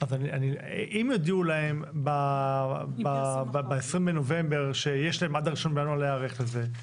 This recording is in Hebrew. אם יודיעו להם ב-20 בנובמבר שיש להם עד הראשון לינואר להיערך לזה,